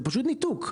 זה פשוט ניתוק.